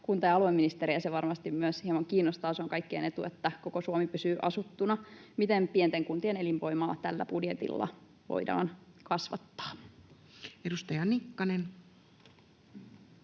kunta- ja alueministeriä se varmasti myös hieman kiinnostaa. Se on kaikkien etu, että koko Suomi pysyy asuttuna. Miten pienten kuntien elinvoimaa tällä budjetilla voidaan kasvattaa? Edustaja Nikkanen.